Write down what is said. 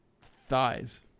Thighs